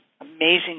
amazing